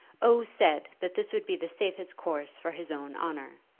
o. said that this would be the safest course for his own honour.